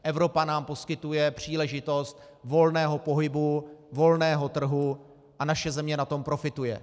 Evropa nám poskytuje příležitost volného pohybu, volného trhu a naše země na tom profituje.